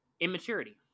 immaturity